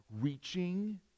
reaching